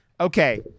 Okay